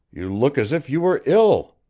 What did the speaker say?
you look as if you were ill